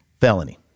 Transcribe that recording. felony